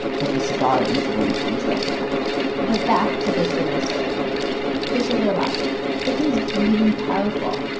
but the cigar incident was yet to come but back to the sugar story the sugar lobby it is really powerful,